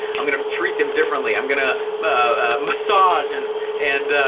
i'm gonna treat them differently, i'm gonna massage and and